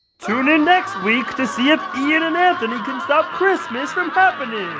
tune in next week to see if ian and anthony can stop christmas from happening.